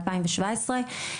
2017,